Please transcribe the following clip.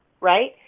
right